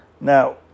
Now